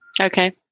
Okay